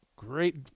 Great